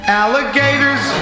alligators